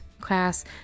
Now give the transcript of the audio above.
class